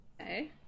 Okay